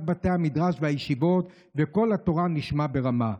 בתי המדרש והישיבות וקול התורה נשמע ברמה.